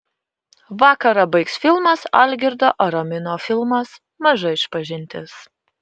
vakarą baigs filmas algirdo aramino filmas maža išpažintis